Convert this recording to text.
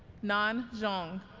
nan zhang